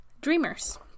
dreamers